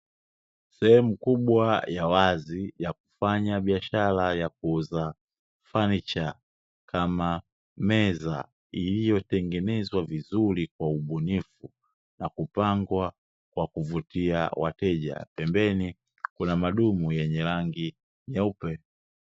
Sehemu kubwa ya wazi ya kufanya biashara ya kuuza fanicha, kama meza iliyotengenezwa vizuri kwa ubunifu na kupangwa kwa kuvutia wateja, pembeni kuna madumu yenye rangi nyeupe.